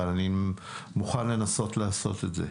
אבל אני מוכן לנסות לעשות את זה.